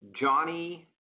Johnny